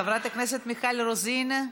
חברת הכנסת מיכל רוזין,